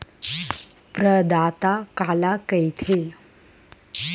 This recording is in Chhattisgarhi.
प्रदाता काला कइथे?